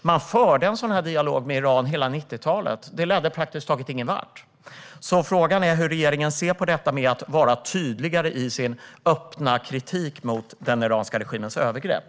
Man förde en sådan dialog med Iran under hela 1990-talet. Det ledde praktiskt taget ingenvart. Frågan är hur regeringen ser på detta att vara tydligare i sin öppna kritik mot den iranska regimens övergrepp.